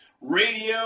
radio